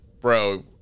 bro